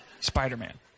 Spider-Man